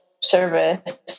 service